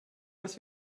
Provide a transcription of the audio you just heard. was